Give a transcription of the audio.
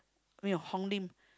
没有 Hong-Lim